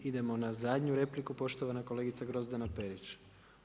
I idemo na zadnju repliku, poštovana kolegica Grozdana Perić.